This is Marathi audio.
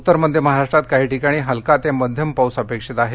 उत्तर मध्य महाराष्ट्रात काही ठिकाणी हलका ते मध्यम पाऊस अपेक्षित आहे